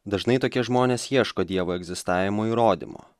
dažnai tokie žmonės ieško dievo egzistavimo įrodymo